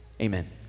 Amen